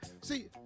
See